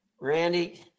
Randy